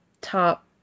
top